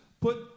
put